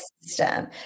system